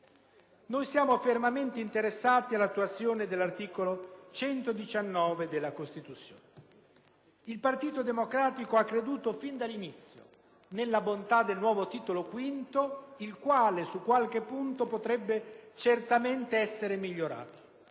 ora. Siamo fermamente interessati all'attuazione dell'articolo 119 della Costituzione. Il Partito Democratico ha creduto fin dall'inizio nella bontà del nuovo Titolo V, il quale su qualche punto potrebbe certamente essere migliorato.